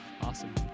awesome